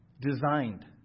designed